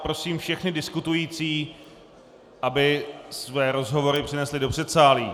Prosím všechny diskutující, aby své rozhovory přenesli do předsálí.